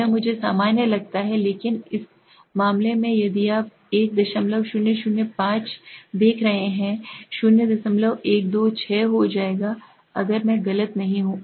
यह मुझे सामान्य लगता है लेकिन इस मामले में यदि आप 1005 देख रहे हैं 0126 जो आएगा अगर मैं गलत नहीं हूँ